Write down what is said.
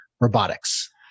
Robotics